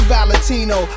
Valentino